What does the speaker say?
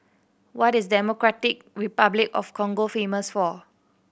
what is Democratic Republic of Congo famous for